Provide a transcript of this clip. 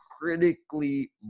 critically